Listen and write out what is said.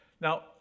Now